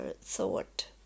thought